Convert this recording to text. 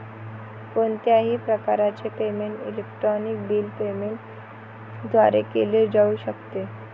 कोणत्याही प्रकारचे payment electronic bill payment द्वारे केले जाऊ शकते